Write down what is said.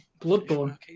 Bloodborne